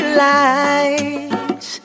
lights